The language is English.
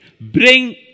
Bring